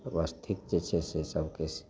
ओहिके बाद ठीक से जे छै से सब किछु